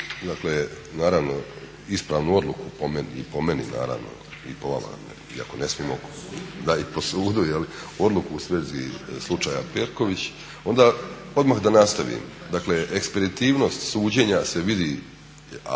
dakle naravno ispravnu odluku po meni naravno i po vama iako ne smijemo i po sudu jel', odluku u svezi slučaja Perković onda odmah da nastavim. Dakle, ekspeditivnost suđenja se vidi, a